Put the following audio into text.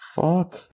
fuck